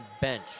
bench